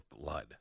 blood